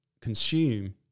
consume